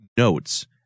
notes